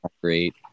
great